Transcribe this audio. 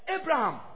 Abraham